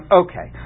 okay